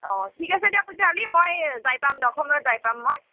অঁ ঠিক আছে দিয়ক তেতিয়াহ'লি মই যাই পাম দক সময়ত যাই পাম মই